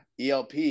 ELP